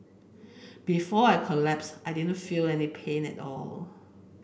before I collapsed I didn't feel any pain at all